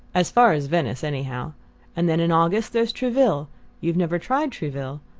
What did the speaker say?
as far as venice, anyhow and then in august there's trouville you've never tried trouville?